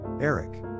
Eric